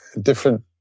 different